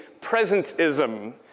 presentism